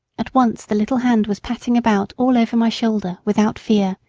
at once the little hand was patting about all over my shoulder without fear.